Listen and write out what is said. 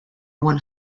one